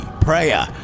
Prayer